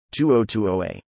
2020a